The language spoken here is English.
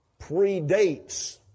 predates